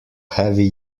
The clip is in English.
heavy